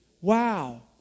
Wow